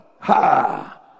ha